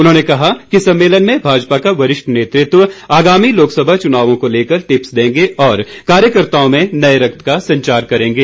उन्होंने कहा की सम्मेलन में भाजपा का वरिष्ठ नेतृत्व आगामी लोकसभा चुनावों को लेकर टिप्स देंगे और कार्यकर्ताओं में नए रक्त का संचार करेंगे